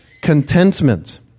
contentment